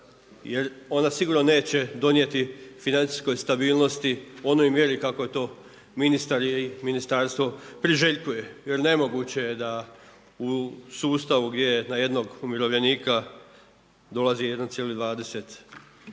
Jer ona sigurno neće donijeti financijskoj stabilnosti u onoj mjeri kako je to ministar i Ministarstvo priželjkuje. Jer nemoguće je da u sustavu gdje na jednog umirovljenika dolazi 1,20